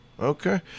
Okay